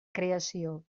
creació